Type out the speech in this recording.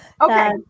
Okay